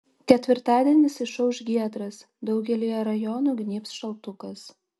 ketvirtadienis išauš giedras daugelyje rajonų gnybs šaltukas